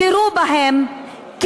תירו בהם,